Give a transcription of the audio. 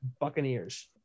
Buccaneers